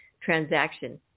transaction